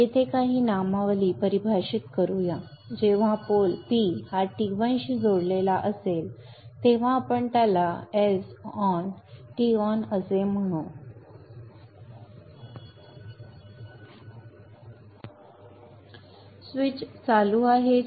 येथे काही नॉमनफ्लेचर परिभाषित करूया जेव्हा पोल P हा T1 शी जोडलेला असेल तेव्हा आपण त्याला S on असे म्हणू स्विच चालू आहे